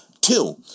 Two